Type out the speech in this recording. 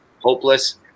hopeless